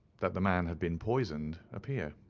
that the man had been poisoned, appear.